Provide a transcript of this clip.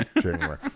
January